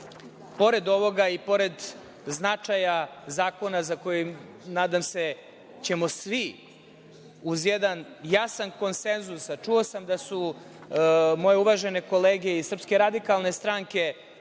pored ovoga i pored značaja zakona za koji, nadam se, ćemo svi, uz jedan jasan konsenzus, a čuo sam da su moje uvažene kolege iz SRS rekle da će